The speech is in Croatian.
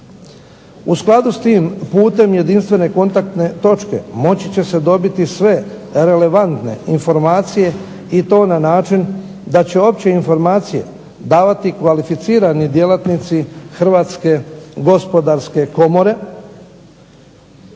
U skladu s tim putem jedinstvene kontaktne točke moći će se dobiti sve relevantne informacije i to na način da će opće informacije davati kvalificirani djelatnici Hrvatske gospodarske komore